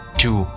two